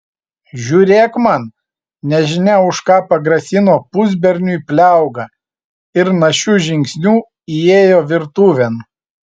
žiūrėk man nežinia už ką pagrasino pusberniui pliauga ir našiu žingsniu įėjo virtuvėn